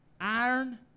iron